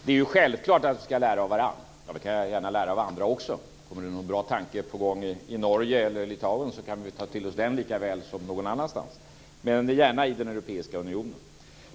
Det är självklart att vi ska lära av varandra. Vi kan gärna lära av andra också. Är det någon bra tanke på gång i Norge eller i Litauen kan vi ta till oss den lika väl som från någon annanstans, men gärna i den europeiska unionen.